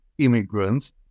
immigrants